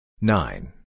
Nine